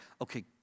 Okay